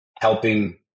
helping